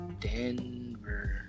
Denver